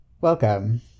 Welcome